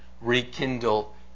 rekindle